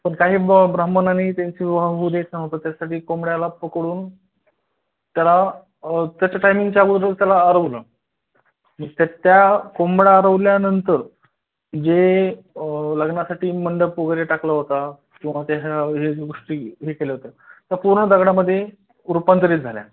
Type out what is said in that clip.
पण काही ब ब्राह्मणांनी त्यांचा विवाह होऊ द्यायचा नव्हता त्यासाठी कोंबड्याला पकडून त्याला त्याच्या टायमिंगच्या अगोदर त्याला आरवलं मग त्या त्या कोंबडा आरवल्यानंतर जे लग्नासाठी मंडप वगैरे टाकला होता किंवा त्या हे गोष्टी हे केलं होतं त्या पूर्ण दगडामध्ये रूपांतरीत झाल्या